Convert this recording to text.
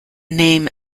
name